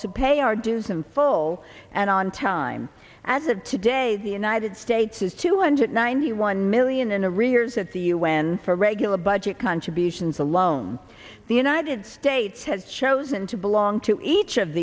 to pay our dues in full and on time as of today the united states has two hundred ninety one million and arrears at the u n for regular budget contributions alone the united states has chosen to belong to each of